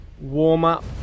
warm-up